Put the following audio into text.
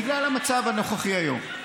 בגלל המצב הנוכחי היום.